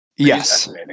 Yes